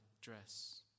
dress